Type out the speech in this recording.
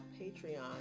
Patreon